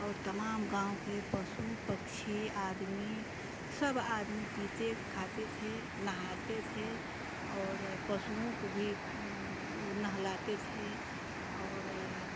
और तमाम गाँव के पशु पक्षी आदमी सब आदमी पीते खाते थे नहाते थे और पशुओं को भी नहलाते थे और